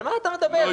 על מה אתה מדבר?